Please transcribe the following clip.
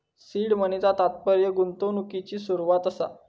seed मनीचा तात्पर्य गुंतवणुकिची सुरवात असा